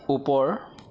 ওপৰ